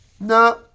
No